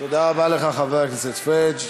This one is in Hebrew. תודה רבה לך, חבר הכנסת פריג'.